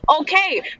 Okay